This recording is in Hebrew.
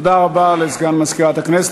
תודה רבה לסגן מזכירת הכנסת.